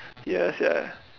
ya sia